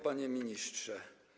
Panie Ministrze!